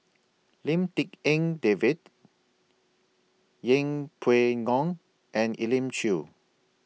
Lim Tik En David Yeng Pway Ngon and Elim Chew